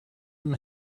him